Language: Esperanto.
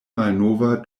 malnova